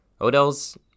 Odell's